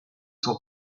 sont